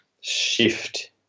shift